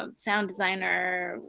ah sound designer,